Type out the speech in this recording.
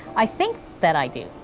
i think that i do,